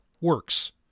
works